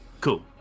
Cool